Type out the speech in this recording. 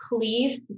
please